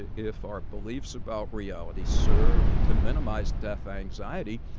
if our beliefs about reality serve to minimize death anxiety,